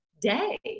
day